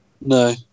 No